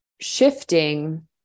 shifting